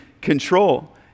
control